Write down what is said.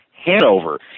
Hanover